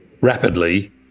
rapidly